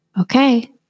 okay